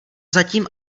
zatím